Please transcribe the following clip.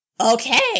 okay